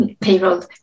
payroll